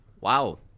Wow